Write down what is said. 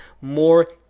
more